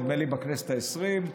נדמה לי שבכנסת העשרים,